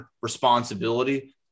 responsibility